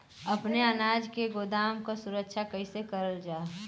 अपने अनाज के गोदाम क सुरक्षा कइसे करल जा?